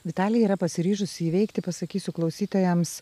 vitalija yra pasiryžusi įveikti pasakysiu klausytojams